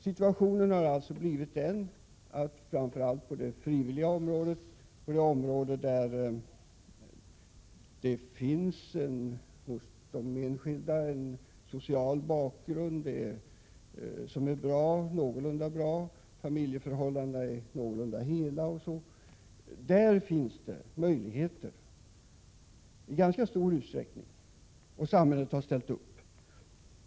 Nu är det framför allt på det frivilliga området, dvs. där det hos de enskilda människorna finns en någorlunda socialt bra bakgrund och där familjeförhållandena är någorlunda hela, som det finns ganska goda möjligheter. Och samhället har ställt upp.